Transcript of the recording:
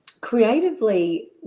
creatively